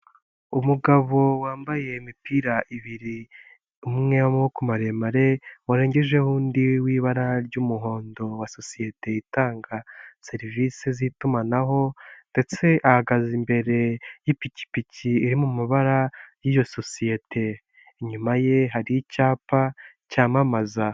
Umugabo wambaye imipira ibiri umwe w'amaboko maremare warengejeho undi w'ibara ry'umuhondo wa sosiyete itanga serivisi z'itumanaho ndetse ahagaze imbere y'ipikipiki iri mu mabara y'iyo sosiyete, inyuma ye hari icyapa cyamamaza.